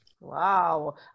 Wow